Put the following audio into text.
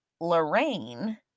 Lorraine